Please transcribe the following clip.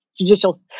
judicial